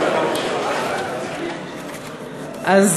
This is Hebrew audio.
אז